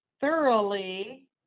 thoroughly